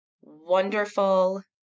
wonderful